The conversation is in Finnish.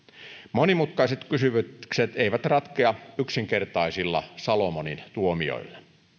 monimutkaiset kysymykset eivät ratkea yksinkertaisilla salomonintuomioilla